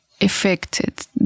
Affected